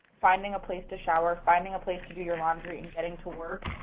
finding a place to shower, finding a place to do your laundry, and heading to work,